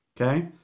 okay